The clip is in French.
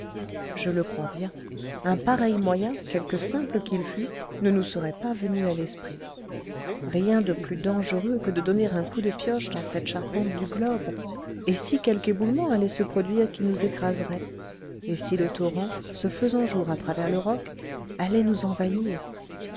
je le crois bien un pareil moyen quelque simple qu'il fût ne nous serait pas venu à l'esprit rien de plus dangereux que de donner un coup de pioche dans cette charpente du globe et si quelque éboulement allait se produire qui nous écraserait et si le torrent se faisant jour à travers le roc allait nous envahir